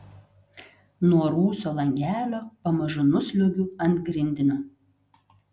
nuo rūsio langelio pamažu nusliuogiu ant grindinio